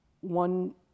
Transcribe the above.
One